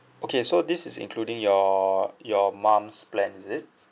okay so this is including your your mum's plan is it